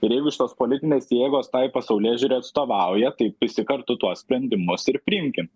ir jeigu šitos politinės jėgos tai pasaulėžiūrai atstovauja tai visi kartu tuos sprendimus ir priimkim